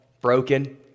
broken